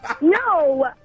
no